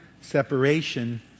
separation